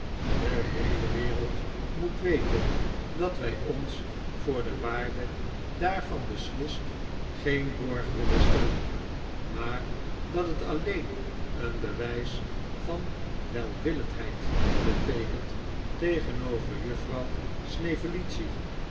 de heele wereld moet weten dat wij ons voor de waarde daarvan beslist geen borg willen stellen maar dat het alleen een be wij s van welwillendheid beteekent tegenover juffrouw snevellicci